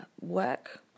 work